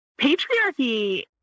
patriarchy